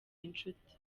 inshuti